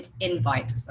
invite